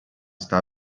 sta